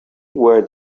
where